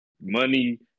money